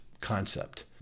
concept